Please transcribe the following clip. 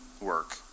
work